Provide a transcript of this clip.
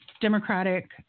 Democratic